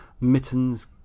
mittens